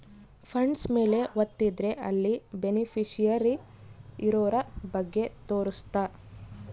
funds ಮೇಲೆ ವತ್ತಿದ್ರೆ ಅಲ್ಲಿ ಬೆನಿಫಿಶಿಯರಿ ಇರೋರ ಬಗ್ಗೆ ತೋರ್ಸುತ್ತ